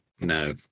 No